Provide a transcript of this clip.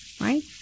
right